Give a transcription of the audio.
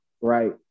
right